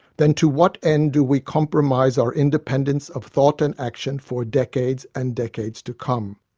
then to what end do we compromise our independence of thought and action for decades and decades to come?